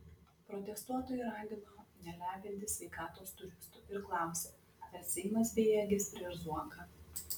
protestuotojai ragino nelepinti sveikatos turistų ir klausė ar seimas bejėgis prieš zuoką